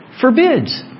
forbids